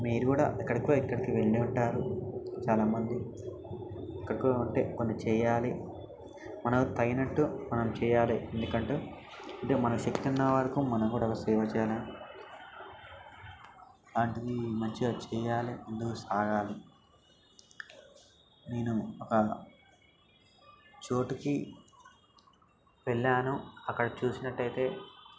మీరు కూడా ఎక్కడికో ఎక్కడికో వెళ్ళి ఉంటారు చాలా మంది అక్కడికో ఉంటే కొన్ని చేయాలి మనకు తగినట్టు మనం చేయాలి ఎందుకంటే అంటే మనకి శక్తి ఉన్న వరకు మనం కూడా సేవ చేయాలని అలాంటిది మంచిగా చేయాలి ముందుకు సాగాలి నేను ఒక చోటికి వెళ్ళాను అక్కడ చూసినట్టయితే